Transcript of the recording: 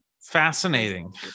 Fascinating